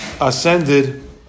ascended